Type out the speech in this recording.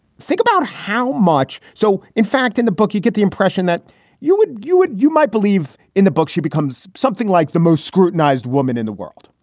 think about how much. so, in fact, in the book, you get the impression that you would you would you might believe in the book. she becomes something like the most scrutinized woman in the world.